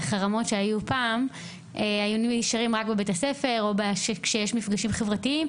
החרמות היו נשארות פעם רק בבתי הספר או רק כשהיו מפגשים חברתיים,